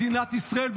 מדינת ישראל,